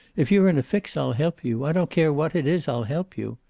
if you're in a fix, i'll help you. i don't care what it is, i'll help you.